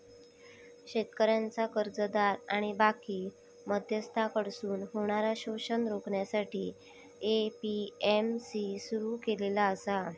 शेतकऱ्यांचा कर्जदार आणि बाकी मध्यस्थांकडसून होणारा शोषण रोखण्यासाठी ए.पी.एम.सी सुरू केलेला आसा